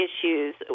issues